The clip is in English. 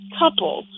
couple